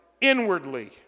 inwardly